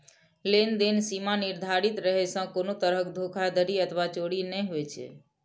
लेनदेन सीमा निर्धारित रहै सं कोनो तरहक धोखाधड़ी अथवा चोरी नै होइ छै